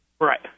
Right